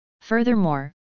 Furthermore